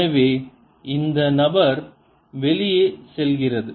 எனவே இந்த நபர் வெளியே செல்கிறது